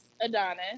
Adonis